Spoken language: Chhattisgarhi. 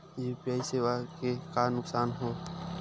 यू.पी.आई सेवाएं के का नुकसान हो थे?